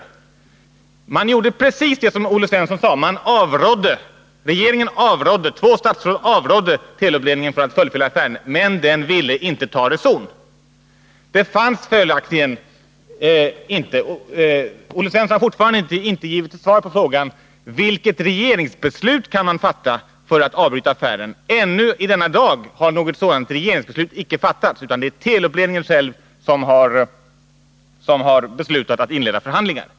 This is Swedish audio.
Regeringen gjorde precis det som Olle Svensson sade: Två statsråd avrådde Telub-ledningen från att fullfölja affären, men den ville inte ta reson. Olle Svensson har fortfarande inte givit ett svar på frågan: Vilket regeringsbeslut kan man fatta för att avbryta affären? Ännu i denna dag har något sådant regeringsbeslut icke fattats, utan det är Telub-ledningen själv som har beslutat att inleda förhandlingar.